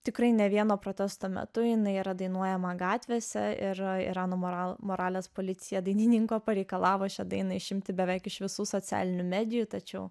tikrai ne vieno protesto metu jinai yra dainuojama gatvėse ir irano moralų moralės policija dainininko pareikalavo šią dainą išimti beveik iš visų socialinių medijų tačiau